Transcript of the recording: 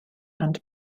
and